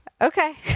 Okay